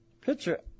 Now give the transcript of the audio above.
Picture